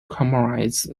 comrades